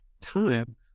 time